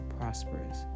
prosperous